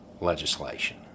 legislation